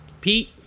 Pete